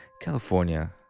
California